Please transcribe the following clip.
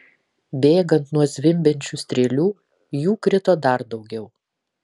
bėgant nuo zvimbiančių strėlių jų krito dar daugiau